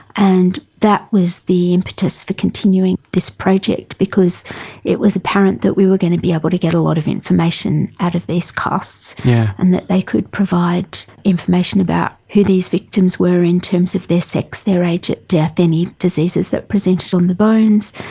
and that was the impetus for continuing this project because it was apparent that we were going to be able to get a lot of information out of these casts and that they could provide information about who these victims were in terms of their sex, their age at death, any diseases that presented on the bones,